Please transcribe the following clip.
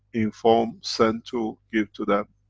inform, sent to, give to them,